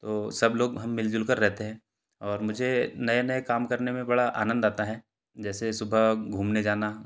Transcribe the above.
तो सब लोग हम मिलजुल कर रहते हैं और मुझे नए नए काम करने में बड़ा आनंद आता है जैसे सुबह घूमने जाना